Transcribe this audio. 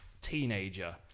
teenager